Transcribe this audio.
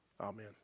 Amen